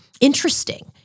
interesting